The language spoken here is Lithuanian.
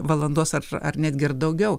valandos ar ar netgi ir daugiau